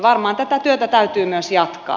varmaan tätä työtä täytyy myös jatkaa